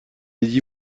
lady